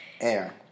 Air